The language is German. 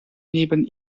neben